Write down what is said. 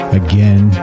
again